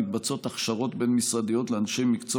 מתבצעות הכשרות בין-משרדיות לאנשי מקצוע